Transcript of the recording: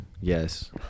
yes